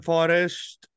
Forest